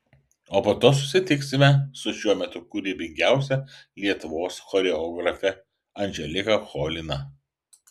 o po to susitiksime su šiuo metu kūrybingiausia lietuvos choreografe andželika cholina